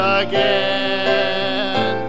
again